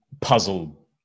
puzzle